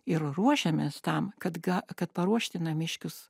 ir ruošiamės tam kad ga kad paruošti namiškius